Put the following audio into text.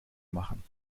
machen